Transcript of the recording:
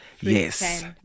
yes